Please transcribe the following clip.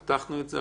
פתחנו את זה.